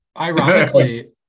ironically